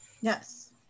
Yes